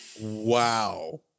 Wow